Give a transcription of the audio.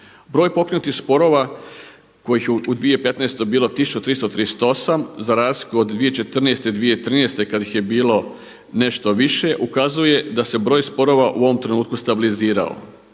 Broj pokrenutih sporova kojih je u 2015. bilo 1338 za razliku od 2014., 2013. kad ih je bilo nešto više ukazuje da se broj sporova u ovom trenutku stabilizirao.